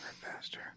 Faster